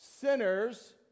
sinners